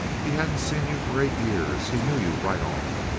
he hadn't seen you for eight years. he knew you right off.